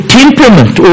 temperament